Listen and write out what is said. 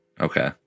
Okay